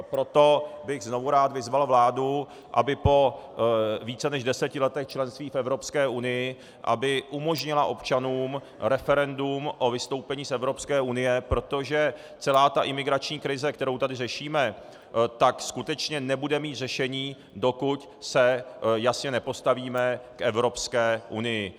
Proto bych znovu rád vyzval vládu, aby po více než deseti letech členství v Evropské unii umožnila občanům referendum o vystoupení z Evropské unie, protože celá ta imigrační krize, kterou tady řešíme, tak skutečně nebude mít řešení, dokud se jasně nepostavíme k Evropské unii.